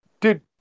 dude